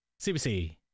CBC